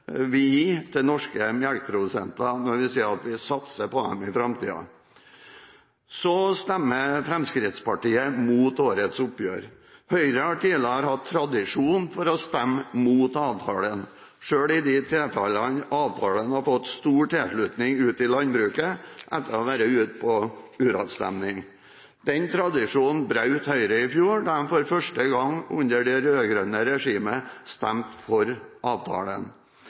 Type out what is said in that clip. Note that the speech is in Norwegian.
til norske melkeprodusenter, når vi sier at vi satser på dem i framtiden. Så stemmer Fremskrittspartiet mot årets oppgjør. Høyre har tidligere hatt tradisjon for å stemme mot avtalen, selv i de tilfeller avtalen har fått stor tilslutning ute i landbruket etter å ha vært ute på uravstemning. Den tradisjonen brøt Høyre i fjor, da de for første gang under det rød-grønne regimet stemte for avtalen.